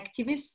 activists